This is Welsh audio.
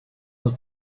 nhw